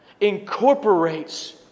incorporates